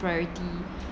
priority